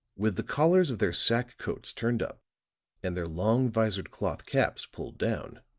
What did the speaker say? with the collars of their sack coats turned up and their long visored cloth caps pulled down,